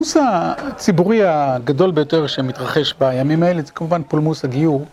הפולמוס הציבורי הגדול ביותר שמתרחש בימים האלה זה כמובן פולמוס הגיור.